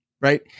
right